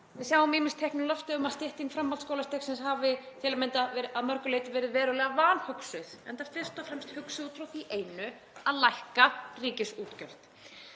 Við sjáum ýmis teikn á lofti um að stytting framhaldsskólastigsins hafi til að mynda að mörgu leyti verið verulega vanhugsuð, enda fyrst og fremst hugsuð út frá því einu að lækka ríkisútgjöld.